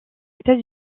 états